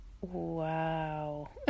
wow